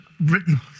written